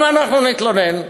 על מה אנחנו נתלונן?